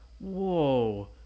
whoa